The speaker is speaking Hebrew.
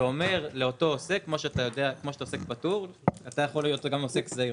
ואומר לאותו עוסק: כמו שאתה עוסק פטור אתה יכול להיות גם עוסק זעיר,